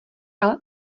ale